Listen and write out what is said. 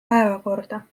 päevakorda